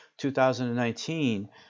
2019